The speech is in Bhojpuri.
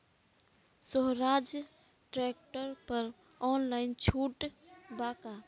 सोहराज ट्रैक्टर पर ऑनलाइन छूट बा का?